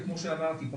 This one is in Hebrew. כמו שאמרתי,